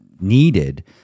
Needed